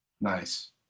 Nice